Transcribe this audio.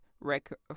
record